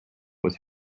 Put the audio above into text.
was